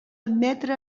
admetre